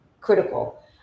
critical